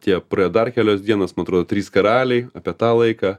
tie praėjo dar kelios dienos man atrodo trys karaliai apie tą laiką